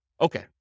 Okay